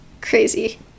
crazy